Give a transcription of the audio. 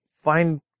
find